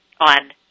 on